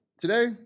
Today